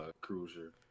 Cruiser